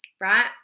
Right